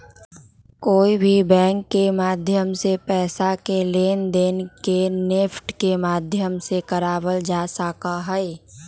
कोई भी बैंक के माध्यम से पैसा के लेनदेन के नेफ्ट के माध्यम से करावल जा सका हई